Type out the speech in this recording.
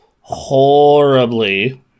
horribly